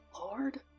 Lord